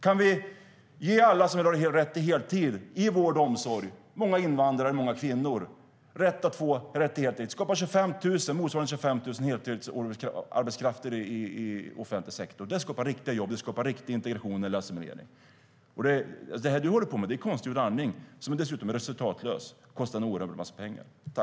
Kan vi ge alla som vill ha det rätt till heltid i vård om omsorg, där det finns många invandrare och många kvinnor? Det skulle skapa motsvarande 25 000 heltidsarbetskrafter i offentlig sektor. Det skapar riktiga jobb, riktig integration eller assimilering.